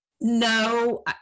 No